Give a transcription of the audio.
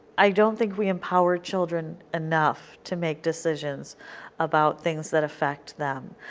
i don't think we empower children enough to make decisions about things that affect them.